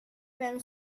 vem